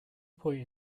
point